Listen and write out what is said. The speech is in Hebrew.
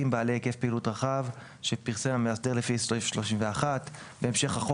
בעלי היקף פעילות רחב שפרסם מאסדר לפי סעיף 31; בהמשך החוק,